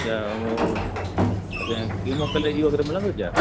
अच्छा अच्छा ए कीमो कलेजी वग़ैरह मिलंदो छा